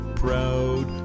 proud